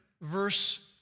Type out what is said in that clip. verse